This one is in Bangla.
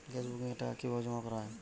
গ্যাস বুকিংয়ের টাকা কিভাবে জমা করা হয়?